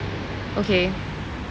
okay